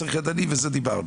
ידני ועל זה דיברנו.